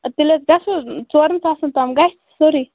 ادٕ تیٚلہِ حظ گژِھو ژورَن ساسن تام گژھِ سورٕے